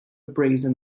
brazen